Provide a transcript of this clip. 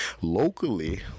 Locally